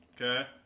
Okay